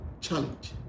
challenge